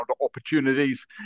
opportunities